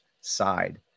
side